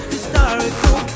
Historical